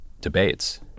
debates